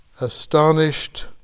astonished